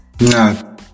No